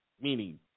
meaning